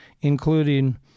including